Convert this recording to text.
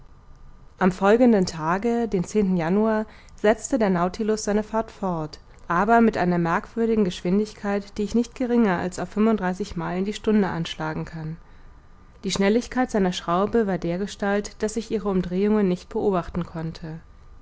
am folgenden tage den januar setzte der nautilus seine fahrt fort aber mit einer merkwürdigen geschwindigkeit die ich nicht geringer als auf fünfunddreißig meilen die stunde anschlagen kann die schnelligkeit seiner schraube war dergestalt daß ich ihre umdrehungen nicht beobachten konnte